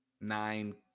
nine